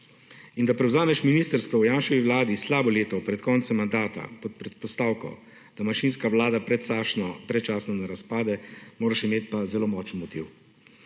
In da prevzameš ministrstvo v Janševi vladi slabo leto pred koncem mandata pod predpostavko, da manjšinska vlada predčasno ne razpade moraš imeti pa zelo močen motiv.